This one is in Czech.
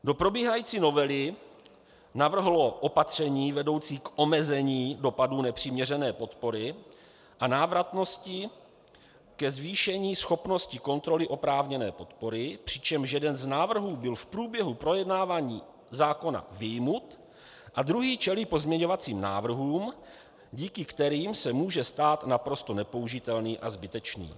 Do probíhající novely navrhlo opatření vedoucí k omezení dopadů nepřiměřené podpory a návratnosti ke zvýšení schopnosti kontroly oprávněné podpory, přičemž jeden z návrhů byl v průběhu projednávání zákona vyjmut a druhý čelí pozměňovacím návrhům, díky kterým se může stát naprosto nepoužitelný a zbytečný.